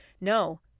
No